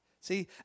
See